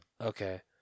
Okay